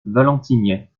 valentigney